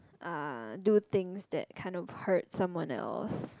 uh do things that kind of hurt someone else